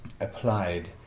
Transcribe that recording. applied